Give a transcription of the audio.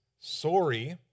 sorry